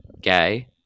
gay